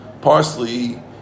parsley